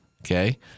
Okay